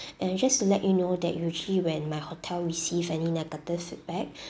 and just to let you know that usually when my hotel receive any negative feedback